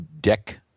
deck